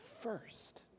first